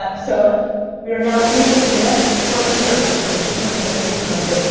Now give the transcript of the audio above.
but so we are now into the next frontier episode two hundred to three hundred.